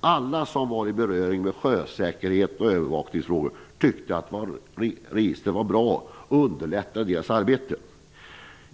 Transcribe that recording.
Alla som var i beröring med sjösäkerhet och övervakningsfrågor tyckte att registret var bra och underlättade deras arbete.